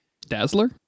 dazzler